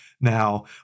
now